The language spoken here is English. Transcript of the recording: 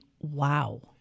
wow